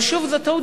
אבל שוב זו טעות,